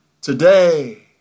today